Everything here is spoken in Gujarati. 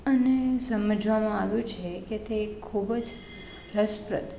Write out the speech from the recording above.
અને સમજવામાં આવ્યું છે કે તે ખૂબ જ રસપ્રદ